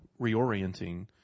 reorienting